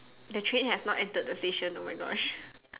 the train has not entered the station oh my Gosh